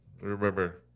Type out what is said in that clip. Remember